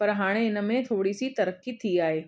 पर हाणे इन में थोरी सी तरक़ी थी आहे